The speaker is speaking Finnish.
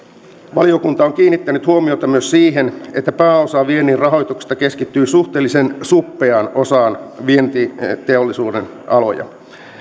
valiokunta on kiinnittänyt huomiota myös siihen että pääosa viennin rahoituksesta keskittyy suhteellisen suppeaan osaan vientiteollisuuden aloja